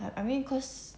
like I mean cause